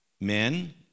men